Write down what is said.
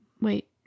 wait